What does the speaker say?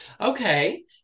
Okay